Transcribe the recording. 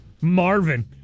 Marvin